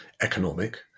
economic